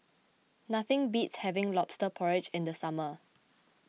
nothing beats having Lobster Porridge in the summer